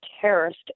terrorist